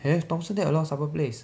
have thomson there a lot of supper place